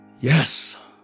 Yes